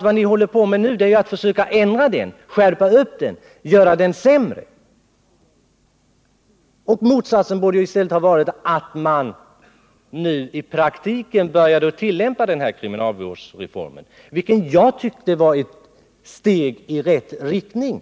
Vad ni nu gör är att ändra på reformen så att den blir sämre. Motsatsen borde ha varit fallet. Nu borde man i praktiken börja tillämpa kriminalvårdsreformen, som jag tyckte var ett steg i rätt riktning.